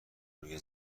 روی